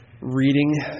reading